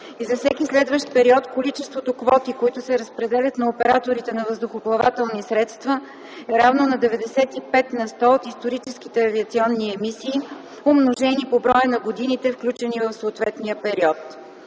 и за всеки следващ период количеството квоти, които се разпределят на операторите на въздухоплавателни средства, е равно на 95 на сто от историческите авиационни емисии, умножени по броя на годините, включени в съответния период.